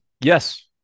Yes